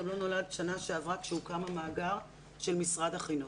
גם לא נולד שנה שעברה כשהוקם המאגר של משרד החינוך.